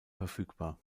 verfügbar